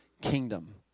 kingdom